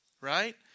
Right